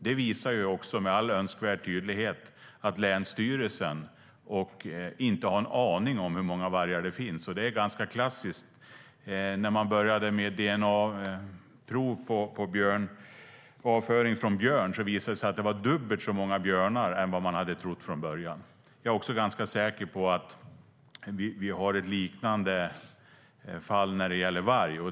Det visar med all önskvärd tydlighet att länsstyrelsen inte har en aning om hur många vargar det finns. Det är ganska klassiskt. När man började med DNA-prov på avföring från björn visade det sig att det var dubbelt så många björnar jämfört med vad man hade trott från början. Jag är också ganska säker på att det är liknande när det gäller varg.